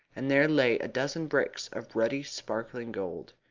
and there lay a dozen bricks of ruddy sparkling gold.